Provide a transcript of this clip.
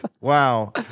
Wow